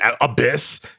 Abyss